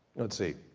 let's see.